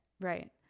Right